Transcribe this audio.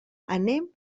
anem